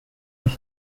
his